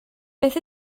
beth